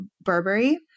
Burberry